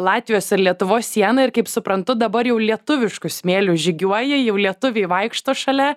latvijos ir lietuvos sieną ir kaip suprantu dabar jau lietuvišku smėliu žygiuoji jau lietuviai vaikšto šalia